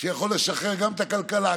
שיכול לשחרר גם את הכלכלה,